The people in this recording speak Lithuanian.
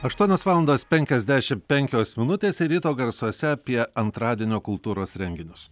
aštuonios valandos penkiasdešim penkios minutės ir ryto garsuose apie antradienio kultūros renginius